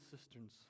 cisterns